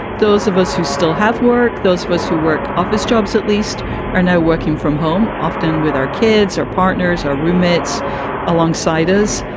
those of us who still have work, those of us who work office jobs at least are now working from home, often with our kids or partners or roommates alongside us.